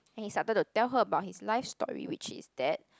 and he started to tell her about his life story which is that